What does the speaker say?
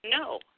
No